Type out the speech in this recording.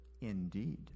Indeed